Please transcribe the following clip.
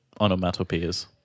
onomatopoeias